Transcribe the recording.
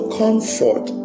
comfort